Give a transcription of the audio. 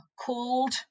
called